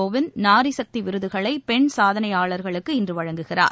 கோவிந்த் நாரி சக்தி விருதுகளை பெண் சாதனையாளர்களுக்கு இன்று வழங்குகிறார்